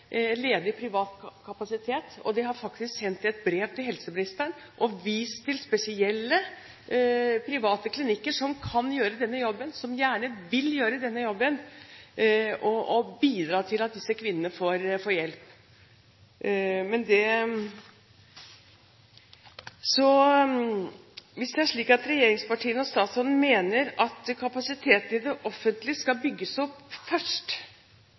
ledig privat kapasitet. De har faktisk sendt et brev til helseministeren og vist til spesielle private klinikker som kan gjøre denne jobben, som gjerne vil gjøre denne jobben og bidra til at disse kvinnene får hjelp. Hvis det er slik at regjeringspartiene og statsråden mener at kapasiteten i det offentlige skal bygges opp først,